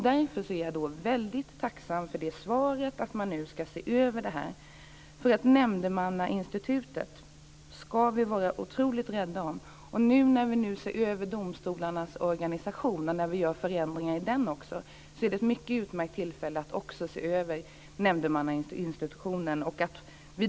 Därför är jag tacksam för svaret att man ska se över problemen. Vi ska vara otroligt rädda om nämndemannainstitutet. Nu när vi ser över och gör förändringar i domstolarnas organisation är det ett utmärkt tillfälle att också se över nämndemannainstitutionen.